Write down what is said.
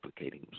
replicating